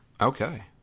Okay